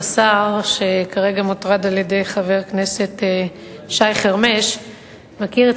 השר שכרגע מוטרד על-ידי חבר הכנסת שי חרמש מכיר את